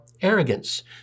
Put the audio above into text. arrogance